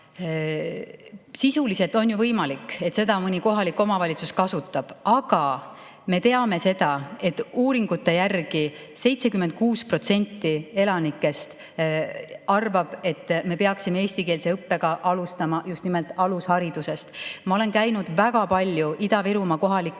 Sisuliselt on ju võimalik, et seda mõni kohalik omavalitsus kasutab. Aga me teame seda, et uuringute järgi 76% elanikest arvab, et me peaksime eestikeelset õpet alustama just nimelt alusharidusest. Ma olen käinud väga palju Ida-Virumaa kohalikes